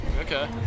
Okay